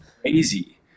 crazy